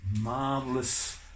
marvelous